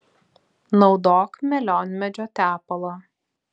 naudok melionmedžio tepalą